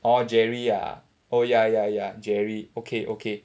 orh jerry ah oh ya ya ya jerry okay okay